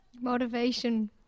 Motivation